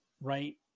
Right